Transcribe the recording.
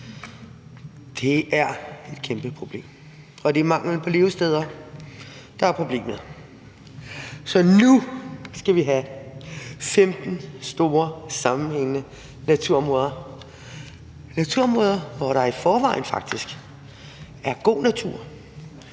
Det er et kæmpe problem, og det er manglen på levesteder, der er problemet. Så nu skal vi have 15 store sammenhængende naturområder – naturområder, hvor der i forvejen faktisk er god natur